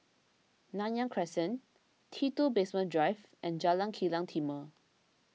Nanyang Crescent T two Basement Drive and Jalan Kilang Timor